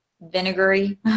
vinegary